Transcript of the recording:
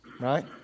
right